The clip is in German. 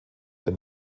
der